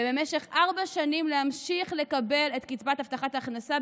ובמשך ארבע שנים להמשיך לקבל את קצבת הבטחת ההכנסה,